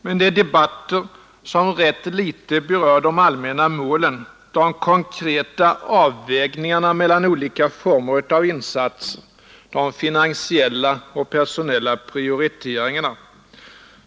Men det är debatter som rätt litet berör de allmänna målen, de konkreta avvägningarna mellan olika former av insatser, de finansiella och personella prioriteringarna.